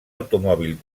automòbil